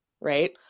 right